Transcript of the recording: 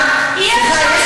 אי-אפשר,